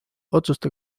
otsuse